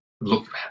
look